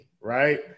right